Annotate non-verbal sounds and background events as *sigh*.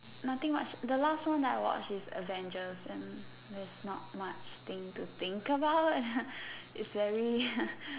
nothing much the last one that I watched is avengers and there's not much thing to think about *breath* it's very *breath*